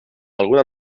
alguna